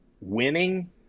winning